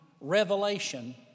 revelation